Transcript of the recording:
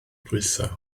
diwethaf